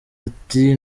ati